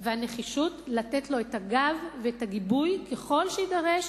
והנחישות לתת לו את הגב ואת הגיבוי ככל שיידרש,